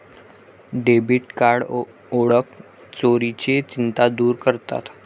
debit card ओळख चोरीची चिंता दूर करतात